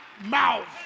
mouth